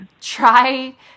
try